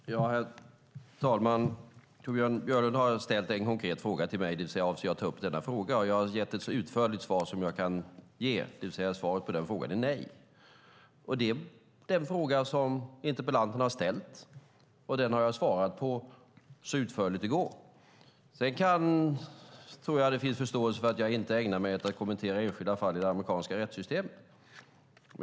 Herr talman! Torbjörn Björlund har ställt en konkret fråga till mig: Avser jag att ta upp denna fråga? Jag har gett ett så utförligt svar som jag kan: Svaret på denna fråga är nej. Det är denna fråga interpellanten har ställt, och den har jag svarat på så utförligt det går. Jag tror att det finns förståelse för att jag inte ägnar mig åt att kommentera enskilda fall i det amerikanska rättssystemet.